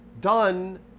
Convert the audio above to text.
done